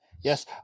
Yes